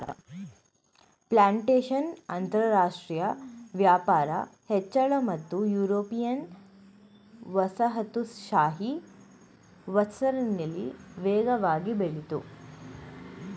plantation ಅಂತರಾಷ್ಟ್ರ ವ್ಯಾಪಾರ ಹೆಚ್ಚಳ ಮತ್ತು ಯುರೋಪಿಯನ್ ವಸಾಹತುಶಾಹಿ ವಿಸ್ತರಣೆಲಿ ವೇಗವಾಗಿ ಬೆಳಿತು